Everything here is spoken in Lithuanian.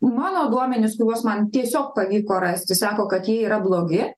mano duomenis kuriuos man tiesiog pavyko rasti sako kad jie yra blogi